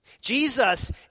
Jesus